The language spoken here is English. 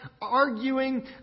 arguing